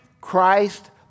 Christ